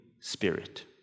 Spirit